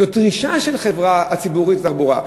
זאת דרישה של החברה הציבורית לתחבורה,